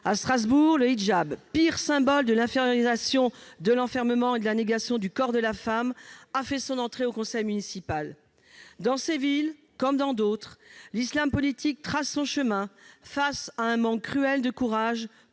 À Strasbourg, le hijab, pire symbole de l'infériorisation, de l'enfermement et de la négation du corps de la femme, a fait son entrée au conseil municipal. Dans ces villes, comme dans d'autres, l'islam politique trace son chemin face à un manque cruel de courage